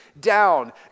down